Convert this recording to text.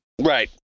Right